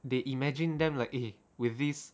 they imagine them like eh with this